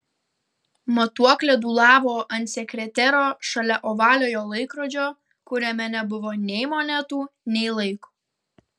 matuoklė dūlavo ant sekretero šalia ovaliojo laikrodžio kuriame nebuvo nei monetų nei laiko